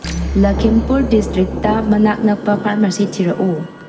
Lakhimpur district ꯃꯅꯥꯛ ꯅꯛꯄ pharmacy ꯊꯤꯔꯛꯎ